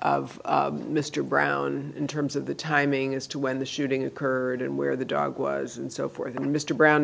of mr brown in terms of the timing as to when the shooting occurred and where the dog was and so forth and mr brown